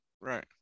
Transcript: right